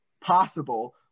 possible